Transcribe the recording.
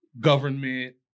government